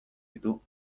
ditu